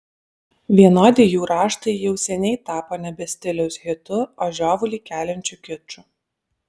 vienodi jų raštai jau seniai tapo nebe stiliaus hitu o žiovulį keliančiu kiču